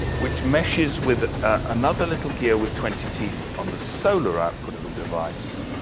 which meshes with another little gear with twenty teeth on the solar output of the device.